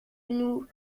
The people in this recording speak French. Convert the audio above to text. nous